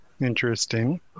Interesting